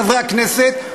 חברי הכנסת,